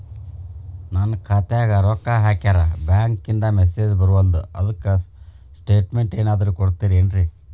ನನ್ ಖಾತ್ಯಾಗ ರೊಕ್ಕಾ ಹಾಕ್ಯಾರ ಬ್ಯಾಂಕಿಂದ ಮೆಸೇಜ್ ಬರವಲ್ದು ಅದ್ಕ ಸ್ಟೇಟ್ಮೆಂಟ್ ಏನಾದ್ರು ಕೊಡ್ತೇರೆನ್ರಿ?